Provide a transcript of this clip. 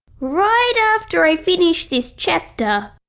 right after i finish this chapter!